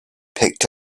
picked